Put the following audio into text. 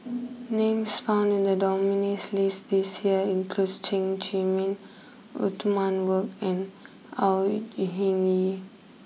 names found in the nominees' list this year includes Chen Zhiming Othman Wok and Au Ying E Hing Yee